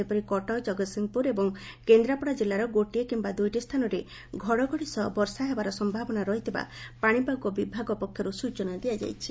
ସେହିପରି କଟକ କଗତସିଂହପୁର ଏବଂ କେନ୍ଦ୍ରାପଡ଼ା ଜିଲ୍ଲାର ଗୋଟିଏ କିମ୍ନା ଦୁଇଟି ସ୍ଚାନରେ ସନ୍ଧ୍ୟା ସୁବ୍ଧା ଘଡ଼ଘଡ଼ି ସହ ବର୍ଷା ହେବାର ସ୍ୟାବନା ରହିଥିବା ପାଶିପାଗ ବିଭାଗ ପକ୍ଷରୁ ସୂଚନା ମିଳିଛି